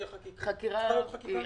--- ועדת חקירה ממלכתית.